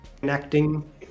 connecting